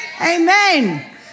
Amen